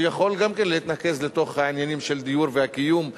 שיכול גם כן להתנקז לתוך העניינים של דיור והקיום הכללי,